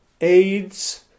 AIDS